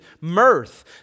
mirth